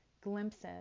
glimpses